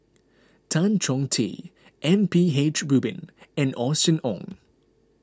Tan Chong Tee M P H Rubin and Austen Ong